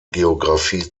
geografie